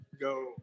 go